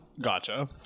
Gotcha